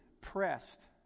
pressed